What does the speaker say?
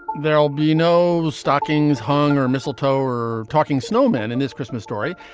there will be no stockings hung or mistletoe or talking snowmen in this christmas story.